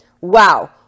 Wow